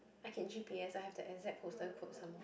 I can g_p_s I have the exact postal code some more